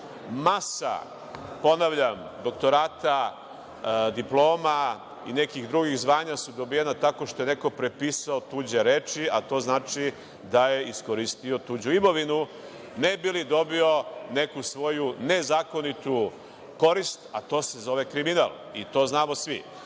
prava. Masa, ponavljam, doktorata, diploma i nekih drugih zvanja su dobijena tako što je neko prepisao tuđe reči, a to znači da je iskoristio tuđu imovinu ne bi li dobio neku svoju nezakonitu korist, a to se zove kriminal i to znamo